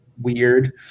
weird